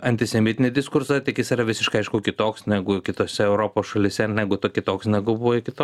antisemitinį diskursą tik jis yra visiškai aišku kitoks negu kitose europos šalyse negu to kitoks negu buvo iki to